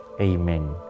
Amen